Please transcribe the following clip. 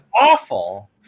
Awful